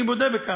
אני מודה בכך,